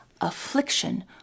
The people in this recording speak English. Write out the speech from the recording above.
affliction